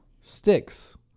Sticks